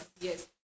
yes